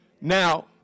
Now